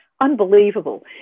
unbelievable